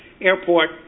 airport